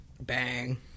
Bang